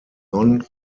non